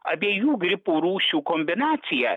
abiejų gripo rūšių kombinacija